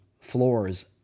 floors